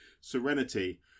Serenity